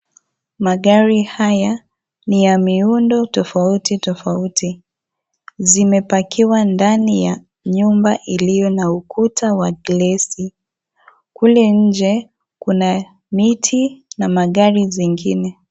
Magari haya ni ya miundo tofauti tofauti zimepakiwa ndani ya nyumba iliyo na ukuta wa glass kule nje kuna miti na magari zingine.